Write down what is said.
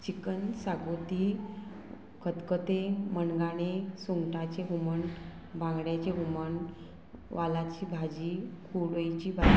chicken शागोती खतखतें मणगणें सुंगटाचें हुमण बांगड्याचें हुमण वालाची भाजी कुडोयची भाजी